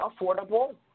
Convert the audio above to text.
affordable